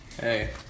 Hey